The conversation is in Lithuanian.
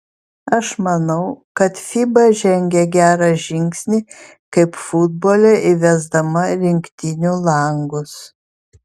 aš manau kad fiba žengė gerą žingsnį kaip futbole įvesdama rinktinių langus